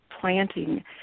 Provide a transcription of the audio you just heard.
planting